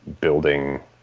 building